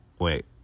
Wait